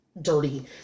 dirty